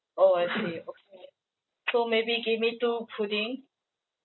orh I see okay so maybe give me two pudding